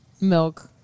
milk